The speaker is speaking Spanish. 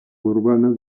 urbana